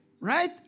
right